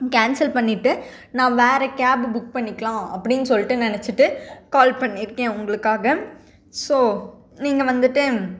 cancel பண்ணிவிட்டு நான் வேறு கேப்பை புக் பண்ணிக்கலாம் அப்படினு சொல்லிட்டு நினச்சிட்டு கால் பண்ணி இருக்கேன் உங்களுக்காக ஸோ நீங்கள் வந்துவிட்டு